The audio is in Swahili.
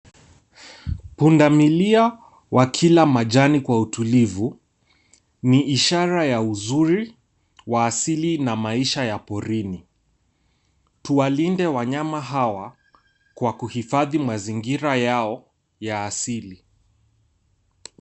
Pundamilia wakila majani kwa utulivu, ni ishara ya uzuri wa asili na maisha ya porini. Tuwalinde wanyama hawa, kwa kuhifadhi mazingira yao ya asili.